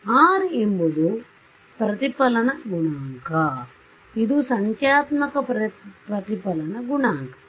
R ಎಂಬುದು ಪ್ರತಿಫಲನ ಗುಣಾಂಕ ಮತ್ತು ಇದು ಸಂಖ್ಯಾತ್ಮಕ ಪ್ರತಿಫಲನ ಗುಣಾಂಕನೆನಪಿಸುತ್ತದೆ